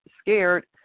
scared